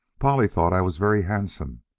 polly thought i was very handsome,